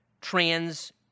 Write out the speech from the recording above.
Trans